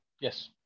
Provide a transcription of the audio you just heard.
yes